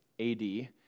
AD